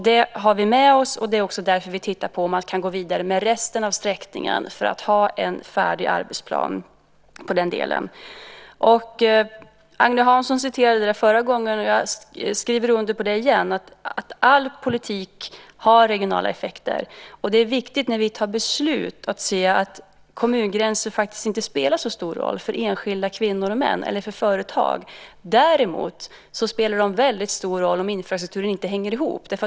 Det har vi med oss, och det är också därför vi tittar på om man kan gå vidare med resten av sträckningen för att ha en färdig arbetsplan. Agne Hansson citerade vad jag sade förra gången. Jag skriver under på det igen, nämligen att all politik har regionala effekter. Det är viktigt när vi fattar beslut att se att kommungränser faktiskt inte spelar så stor roll för enskilda kvinnor och män eller för företag. Däremot spelar de en stor roll om infrastrukturen inte hänger ihop.